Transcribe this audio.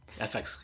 FX